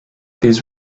these